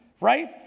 Right